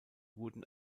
wurden